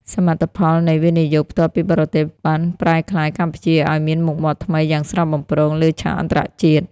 សមិទ្ធផលនៃ វិនិយោគផ្ទាល់ពីបរទេស បានប្រែក្លាយកម្ពុជាឱ្យមានមុខមាត់ថ្មីយ៉ាងស្រស់បំព្រងលើឆាកអន្តរជាតិ។